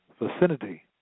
vicinity